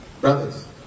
Brothers